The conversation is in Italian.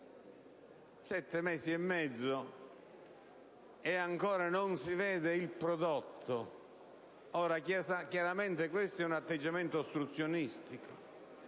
sette mesi e mezzo, e ancora non si vede l'esito. É chiaro che questo è un atteggiamento ostruzionistico: